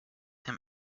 him